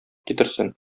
китерсен